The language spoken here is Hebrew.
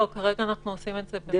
לא, כרגע אנחנו עושים את זה במסלול נפרד.